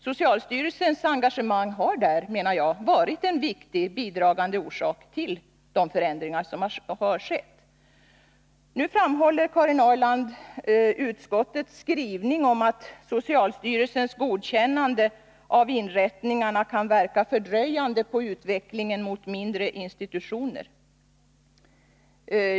Socialstyrelsens engagemang har, menar jag, Onsdagen den varit en viktigt bidragande orsak till de förändringar som har gjorts. Karin 2 december 1981 Ahrland underströk att utskottet skriver att socialstyrelsens godkännande av inrättningarna kan verka fördröjande på utvecklingen mot mindre institutioner.